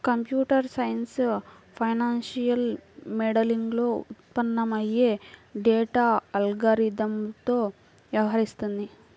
computer science financial మోడలింగ్లో ఉత్పన్నమయ్యే data అల్గారిథమ్లతో వ్యవహరిస్తుంది